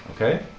Okay